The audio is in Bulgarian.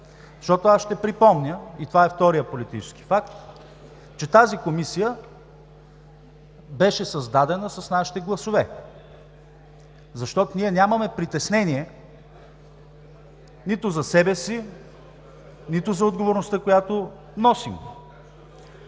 Аз ще припомня, и това е вторият политически факт, че тази Комисия беше създадена с нашите гласове. Защото ние нямаме притеснение нито за себе си, нито за отговорността, която носим.